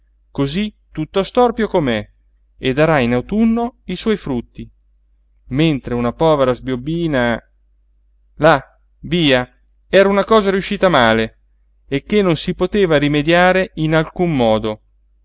cosí tutto storpio com'è e darà in autunno i suoi frutti mentre una povera sbiobbina là via era una cosa riuscita male e che non si poteva rimediare in alcun modo